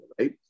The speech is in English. right